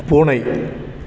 பூனை